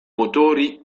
motori